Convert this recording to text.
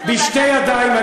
בשתי ידיים.